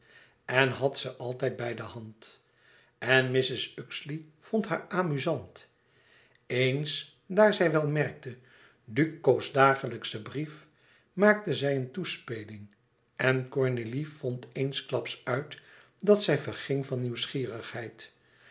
en had ze altijd bij de hand en mrs uxeley vond haar amuzant eens daar zij wel merkte duco's dagelijkschen brief maakte zij eene toespeling en cornélie vond eensklaps uit dat zij verging van nieuwsgierigheid